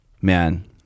man